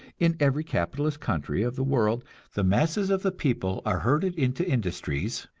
in every capitalist country of the world the masses of the people are herded into industries,